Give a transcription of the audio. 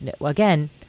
again